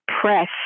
press